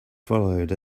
followed